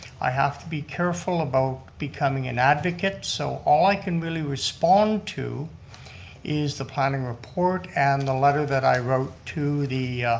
i have to be careful about becoming an advocate so all i can really respond to is the planning report and the letter that i wrote to